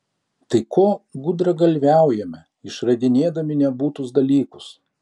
tai ko gudragalviaujame išradinėdami nebūtus dalykus